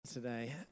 Today